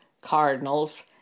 cardinals